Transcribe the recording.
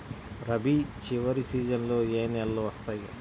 రబీ చివరి సీజన్లో ఏ నెలలు వస్తాయి?